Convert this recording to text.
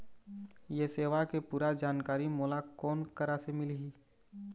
ये सेवा के पूरा जानकारी मोला कोन करा से मिलही?